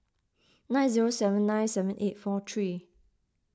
nine zero seven nine seven eight four three